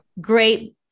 great